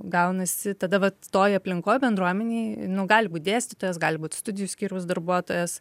gaunasi tada vat toj aplinkoj bendruomenėj gali būt dėstytojas gali būt studijų skyriaus darbuotojas